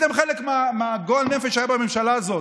אתם חלק מהגועל נפש שהיה בממשלה הזאת.